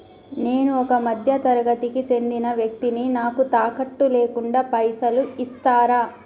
నేను ఒక మధ్య తరగతి కి చెందిన వ్యక్తిని నాకు తాకట్టు లేకుండా పైసలు ఇస్తరా?